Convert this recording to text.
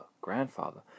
grandfather